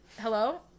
hello